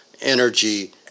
energy